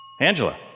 Angela